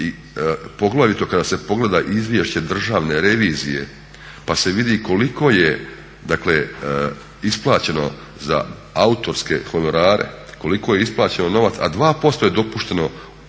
poglavito kada se pogleda izvješće Državne revizije pa se vidi koliko je isplaćeno za autorske honorare, koliko je isplaćeno novaca, a 2% je dopušteno u